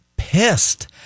pissed